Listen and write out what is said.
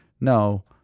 No